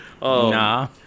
Nah